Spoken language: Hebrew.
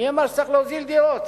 מי אמר שצריך להוזיל דירות?